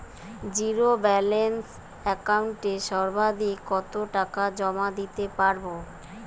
Zero balance একাউন্টে সর্বাধিক কত টাকা জমা দিতে পারব?